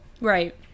right